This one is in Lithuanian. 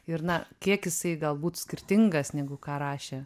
ir na kiek jisai galbūt skirtingas negu ką rašė